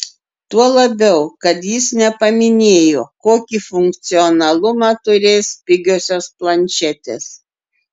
tuo labiau kad jis nepaminėjo kokį funkcionalumą turės pigiosios planšetės